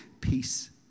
peace